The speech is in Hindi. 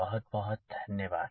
बहुत बहुत धन्यवाद